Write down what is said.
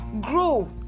grow